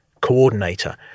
coordinator